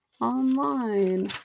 online